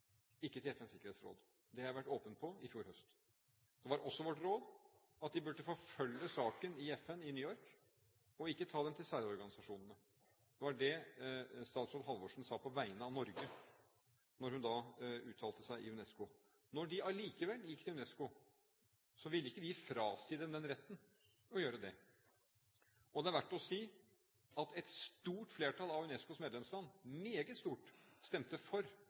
ikke til FNs sikkerhetsråd – det har jeg vært åpen på – i fjor høst. Det var også vårt råd at de burde forfølge saken i FN i New York og ikke ta den til særorganisasjonene. Det var det statsråd Halvorsen sa på vegne av Norge da hun uttalte seg i UNESCO. Når de allikevel gikk til UNESCO, ville ikke vi frasi dem retten til å gjøre det. Det er verdt å si at et stort flertall av UNESCOs medlemsland, meget stort, stemte for